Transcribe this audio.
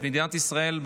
את מדינת ישראל,